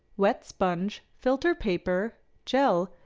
wet sponge, filter paper, gel,